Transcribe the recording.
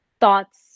thoughts